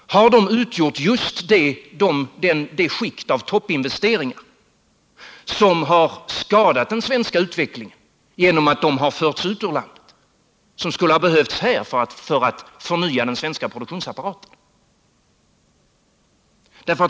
Har de utgjort just det skikt av toppinvesteringar som skadat den svenska utvecklingen genom att de har förts ut ur landet — investeringar som skulle ha behövts här för att förnya den svenska produktionsapparaten?